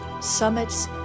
summits